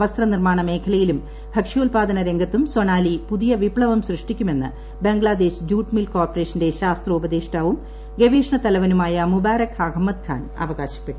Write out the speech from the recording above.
വസ്ത്ര നിർമ്മാണ മേഖലയിലും ഭക്ഷ്യോത്പാദന രംഗത്തും സൊണാലി പുതിയ വിപ്തവം സൃഷ്ടിക്കുമെന്ന് ബംഗ്ലാദേശ് ജൂട്ട് മിൽ കോർപ്പറേഷന്റെ ശാസ്ത്രോപദേഷ്ടാവും ഗവേഷണ തലവനുമായ മുബാരക് അഹമ്മദ് ഖാൻ അവകാശപ്പെട്ടു